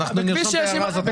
אנחנו נרשום את ההערה הזאת.